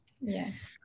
Yes